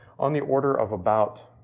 on the order of about,